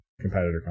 competitor